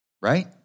Right